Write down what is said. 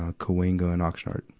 ah, cohanga and oxnard.